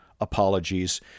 apologies